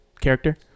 character